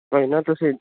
ਭਾਜੀ ਨਾ ਤੁਸੀਂ